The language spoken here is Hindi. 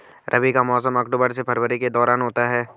रबी का मौसम अक्टूबर से फरवरी के दौरान होता है